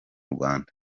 rwanda